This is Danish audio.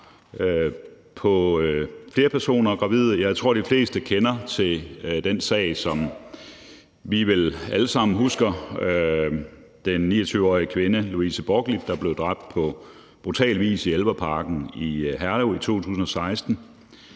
på flere personer og gravide. Jeg tror vel, de fleste kender til eller husker sagen om den 29-årig kvinde Louise Borglit, der blev dræbt på brutal vis i Elverparken i Herlev i 2016.